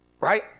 Right